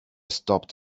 stopped